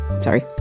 Sorry